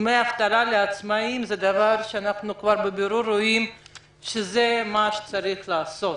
דמי אבטלה לעצמאיים זה דבר שברור שזה מה שצריך לעשות.